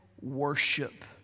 worship